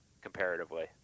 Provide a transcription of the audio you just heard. comparatively